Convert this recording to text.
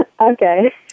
Okay